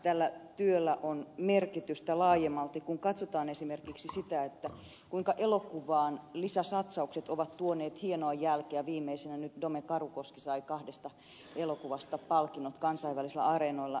tällä työllä on merkitystä laajemmalti kun katsotaan esimerkiksi sitä kuinka lisäsatsaukset elokuvaan ovat tuoneet hienoa jälkeä viimeisenä nyt dome karukoski sai kahdesta elokuvasta palkinnot kansainvälisillä areenoilla